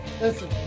Listen